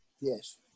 yes